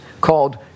called